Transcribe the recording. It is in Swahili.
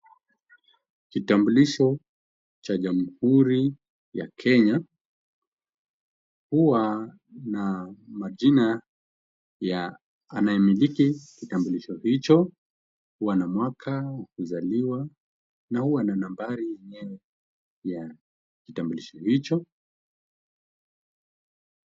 Kitambulisho cha Jamhuri ya Kenya huwa na majina ya anayemiliki kitambulisho hicho, huwa na mwaka ya kuzaliwa na huwa na nambari ya kitambulisho hicho.